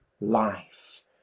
life